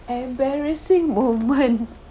embarrassing moment